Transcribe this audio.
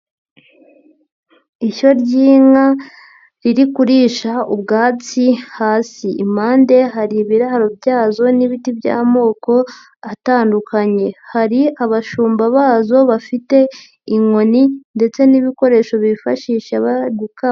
Ishyo ry'inka riri kurisha ubwatsi hasi. Impande hari ibiraro byazo n'ibiti by'amoko atandukanye. Hari abashumba bazo bafite inkoni ndetse n'ibikoresho bifashisha gukama